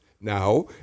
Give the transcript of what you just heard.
now